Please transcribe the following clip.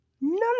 none